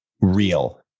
real